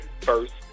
first